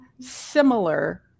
similar